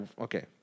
Okay